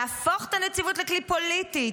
להפוך את הנציבות לכלי פוליטי.